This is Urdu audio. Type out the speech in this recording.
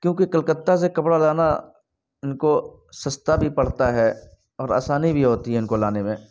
کیونکہ کلکتہ سے کپرا لانا ان کو سستا بھی پرتا ہے اور آسانی بھی ہوتی ہے ان کو لانے میں